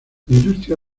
industria